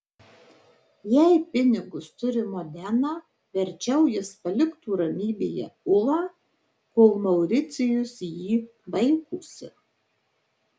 jei pinigus turi modena verčiau jis paliktų ramybėje ulą kol mauricijus jį vaikosi